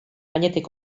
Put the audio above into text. gainetik